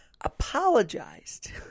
apologized